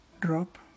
Drop